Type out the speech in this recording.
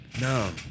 No